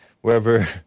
wherever